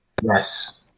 Yes